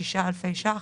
שישה אלפי שקלים.